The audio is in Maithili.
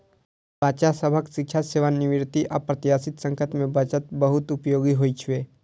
बच्चा सभक शिक्षा, सेवानिवृत्ति, अप्रत्याशित संकट मे बचत बहुत उपयोगी होइ छै